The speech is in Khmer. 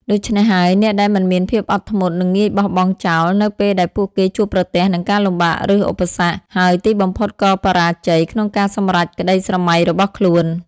ដូច្នេះហើយ អ្នកដែលមិនមានភាពអត់ធ្មត់នឹងងាយបោះបង់ចោល នៅពេលដែលពួកគេជួបប្រទះនឹងការលំបាកឬឧបសគ្គ ហើយទីបំផុតក៏បរាជ័យក្នុងការសម្រេចក្តីស្រមៃរបស់ខ្លួន។